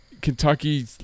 Kentucky